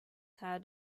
had